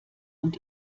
und